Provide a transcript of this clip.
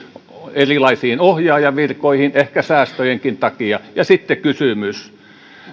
erilaisiin ohjaajanvirkoihin ehkä säästöjenkin takia ja sitten kysymys